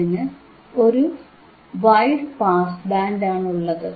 അതിന് ഒരു wideband pass ആണ് ഉള്ളത്